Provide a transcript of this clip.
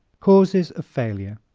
causes of failure